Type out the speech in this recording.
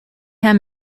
herr